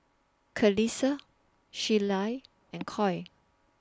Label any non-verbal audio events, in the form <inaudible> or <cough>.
Kelsea Sheyla and <noise> Coy